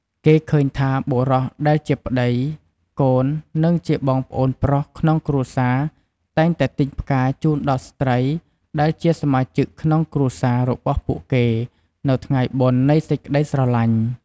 គេឃើញថា បុរសដែលជាប្ដី កូន និងជាបងប្រុសក្នុងគ្រួសារតែងតែទិញផ្កាជូនដល់ស្ត្រីដែលជាសមាជិកក្នុងគ្រួសាររបស់ពួកគេនៅថ្ងៃបុណ្យនៃសេចក្ដីស្រឡាញ់។